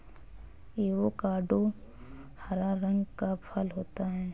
avocado हरा रंग का फल होता है